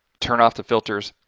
turn off the filters,